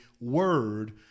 word